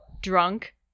drunk